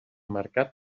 mercat